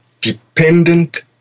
dependent